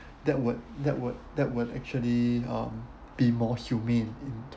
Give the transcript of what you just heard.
that would that would that would actually um be more humane in